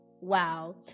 Wow